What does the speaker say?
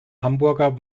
hamburger